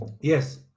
Yes